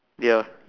ya